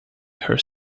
her